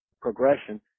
progression